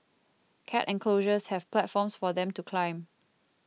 cat enclosures have platforms for them to climb